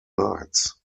nights